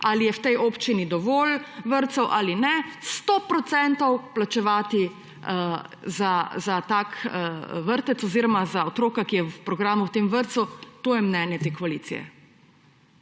ali je v tej občini dovolj vrtcev ali ne, 100 procentov plačevati za tak vrtec oziroma za otroka, ki je v programu v tem vrtcu. To je mnenje te koalicije.